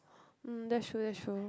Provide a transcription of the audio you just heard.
mm that's true that's true